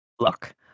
Look